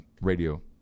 radio